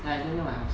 ya don't near my house